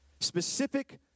specific